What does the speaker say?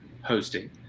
hosting